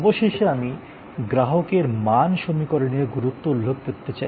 অবশেষে আমি গ্রাহকের মান সমীকরণের গুরুত্ব উল্লেখ করতে চাই